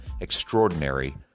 Extraordinary